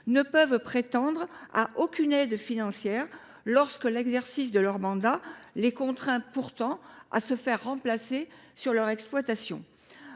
ne peuvent prétendre à aucune aide financière lorsque l’exercice de leur mandat les contraint pourtant à se faire remplacer sur leur exploitation.